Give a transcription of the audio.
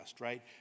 right